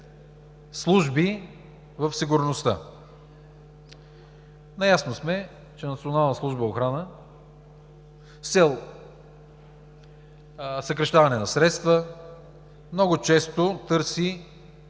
служби в сигурността.